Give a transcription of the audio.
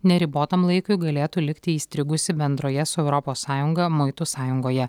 neribotam laikui galėtų likti įstrigusi bendroje su europos sąjunga muitų sąjungoje